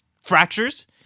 fractures